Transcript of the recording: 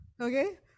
Okay